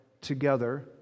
together